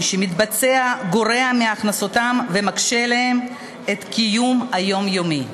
שמתבצע גורע מהכנסתם ומקשה עליהם את הקיום היומיומי.